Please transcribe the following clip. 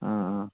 অঁ অঁ